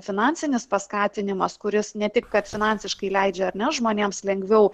finansinis paskatinimas kuris ne tik kad finansiškai leidžia ar ne žmonėms lengviau